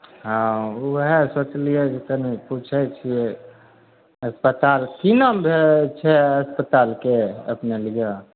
हँ उएह सोचलियै जे तनि पूछै छियै अस्पताल की नाम भेल छै अस्पतालके अपने लिअ